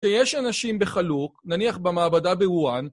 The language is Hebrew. כשיש אנשים בחלוק, נניח במעבדה בווהן,